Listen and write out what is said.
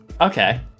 Okay